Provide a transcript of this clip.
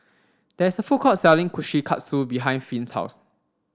there is a food court selling Kushikatsu behind Finn's house